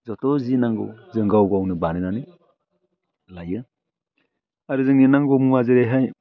जथ' जि नांगौ जों गाव गावनो बानायनानै लायो आरो जोंनि नांगौ मुवा जेरैहाय